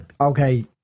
okay